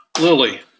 Lily